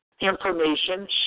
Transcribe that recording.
information